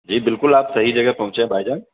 جی بالکل آپ صحیح جگہ پہنچے ہیں بھائی جان